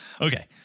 Okay